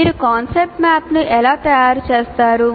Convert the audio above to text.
మీరు కాన్సెప్ట్ మ్యాప్ను ఎలా తయారు చేస్తారు